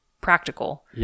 practical